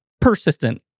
persistent